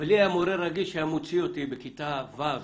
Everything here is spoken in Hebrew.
אבל לי היה מורה רגיש שהיה מוציא אותי בכיתה ו',